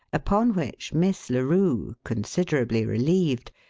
upon which miss larue, considerably relieved,